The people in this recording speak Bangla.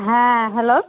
হ্যাঁ হ্যালো